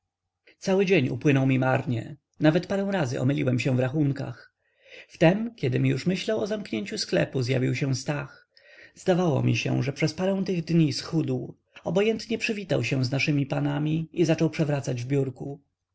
cały dzień upłynął mi marnie nawet parę razy omyliłem się w rachunkach wtem kiedym już myślał o zamknięciu sklepu zjawił się stach zdawało mi się że przez parę tych dni schudł obojętnie przywitał się z naszymi panami i zaczął przewracać w biurku